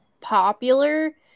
popular